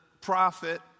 prophet